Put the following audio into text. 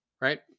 right